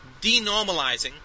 denormalizing